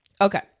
Okay